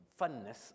funness